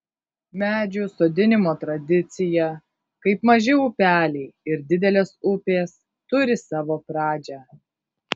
medžių sodinimo tradicija kaip maži upeliai ir didelės upės turi savo pradžią